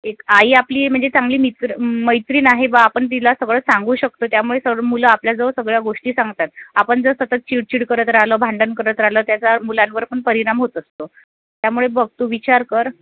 एक आई आपली म्हणजे चांगली मित्र मैत्रीण आहे बा आपण तिला सगळं सांगू शकतो त्यामुळे सर्व मुलं आपल्याजवळ सगळ्या गोष्टी सांगतात आपण जर सतत चिडचिड करत राहिलं भांडण करत राहिलं त्याचा मुलांवर पण परिणाम होत असतो त्यामुळे बघ तू विचार कर